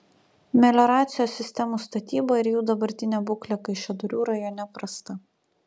melioracijos sistemų statyba ir jų dabartinė būklė kaišiadorių rajone prasta